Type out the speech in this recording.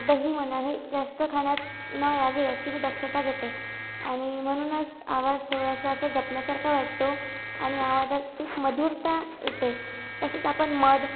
दही म्हणा हे जास्त खण्यात न यावे याची मी दक्षता घेते आणि म्हणूनच आवाज थोडासा असं जपल्यासारखा वाटतो आणि आवाजात ती मधुरता येते तसंच आपण मध